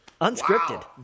Unscripted